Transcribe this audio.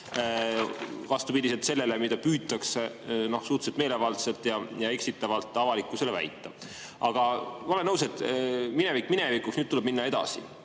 vastupidiselt sellele, mida püütakse suhteliselt meelevaldselt ja eksitavalt avalikkusele väita. Aga ma olen nõus, et minevik minevikuks, nüüd tuleb minna edasi.